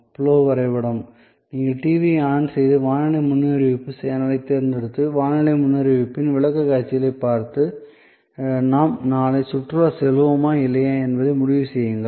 flow விளக்கப்படம் நீங்கள் டிவியை ஆன் செய்து வானிலை முன்னறிவிப்பு சேனலைத் தேர்ந்தெடுத்து வானிலை முன்னறிவிப்பின் விளக்கக்காட்சிகளைப் பார்த்து நாம் நாளை சுற்றுலா செல்வோமா இல்லையா என்பதை முடிவு செய்யுங்கள்